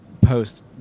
post